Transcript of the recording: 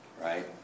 Right